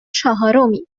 چهارمیم